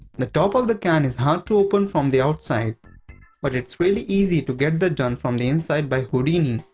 the top of the can is hard to open from the outside but it's really easy to get that done from the inside by houdini.